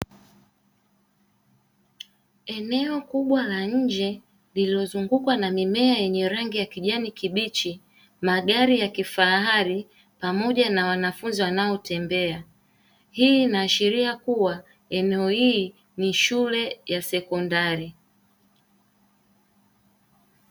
Eneo kubwa la nje lililozungukwa na mimea yenye rangi ya kijani kibichi, magari ya kifahari pamoja na wanafunzi wanao tembea, hii inaashiria kuwa eneo hili ni shule ya sekondari.